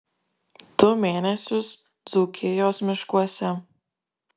du mėnesius dzūkijos miškuose